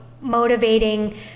motivating